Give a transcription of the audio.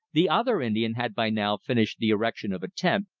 the other indian had by now finished the erection of a tent,